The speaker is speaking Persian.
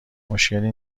مشکلی